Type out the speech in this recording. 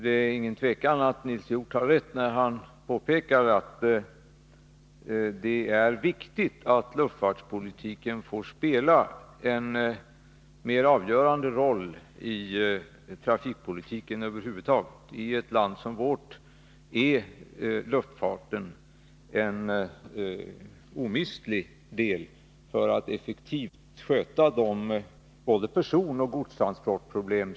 Det råder inget tvivel om att Nils Hjorth har rätt när han påpekar att det är viktigt att luftfartspolitiken får spela en mera avgörande roll i trafikpolitiken över huvud taget. I ett land som vårt är luftfarten omistlig när det gäller att effektivt komma till rätta med både personoch godstransportproblemen.